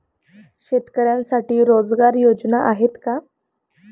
शेतकऱ्यांसाठी रोजगार योजना आहेत का?